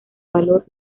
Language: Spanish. valor